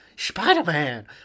Spider-Man